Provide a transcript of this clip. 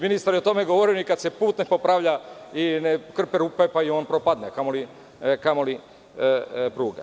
Ministar je govorio o tome i kada se put ne popravlja i ne krpe rupe i on propadne, a kamoli pruge.